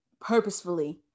purposefully